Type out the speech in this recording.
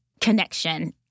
connection